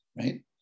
right